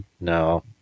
no